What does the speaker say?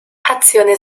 azione